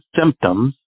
symptoms